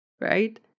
right